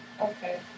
Okay